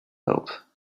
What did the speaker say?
help